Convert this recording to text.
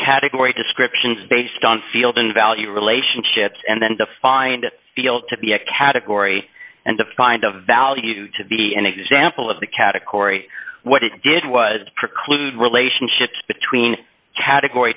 category descriptions based on field and value relationships and then the find it feel to be a category and defined a value to be an example of the category what it did was preclude relationships between category